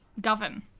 govern